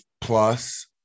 plus